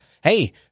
Hey